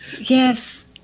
Yes